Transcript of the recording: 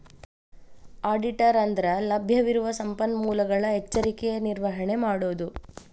ಆಡಿಟರ ಅಂದ್ರಲಭ್ಯವಿರುವ ಸಂಪನ್ಮೂಲಗಳ ಎಚ್ಚರಿಕೆಯ ನಿರ್ವಹಣೆ ಮಾಡೊದು